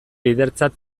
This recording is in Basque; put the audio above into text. lidertzat